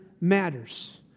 matters